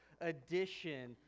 edition